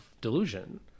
delusion